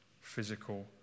physical